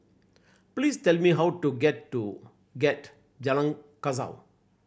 please tell me how to get to get Jalan Kasau